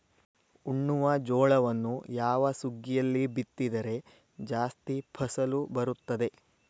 ಉಣ್ಣುವ ಜೋಳವನ್ನು ಯಾವ ಸುಗ್ಗಿಯಲ್ಲಿ ಬಿತ್ತಿದರೆ ಜಾಸ್ತಿ ಫಸಲು ಬರುತ್ತದೆ?